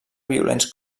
violents